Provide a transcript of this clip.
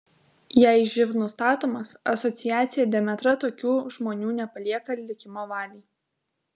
jei živ nustatomas asociacija demetra tokių žmonių nepalieka likimo valiai